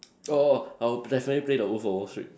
oh oh I'll definitely play the wolf of wall street